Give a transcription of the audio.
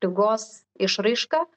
ligos išraiška